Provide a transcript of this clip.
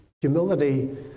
humility